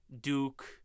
Duke